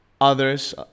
others